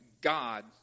God